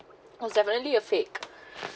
was definitely a fake